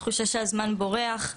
תחושה שהזמן בורח,